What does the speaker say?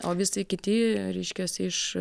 o visai kiti reiškias iš